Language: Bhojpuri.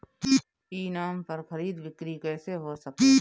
ई नाम पर खरीद बिक्री कैसे हो सकेला?